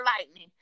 Lightning